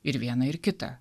ir viena ir kita